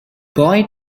boy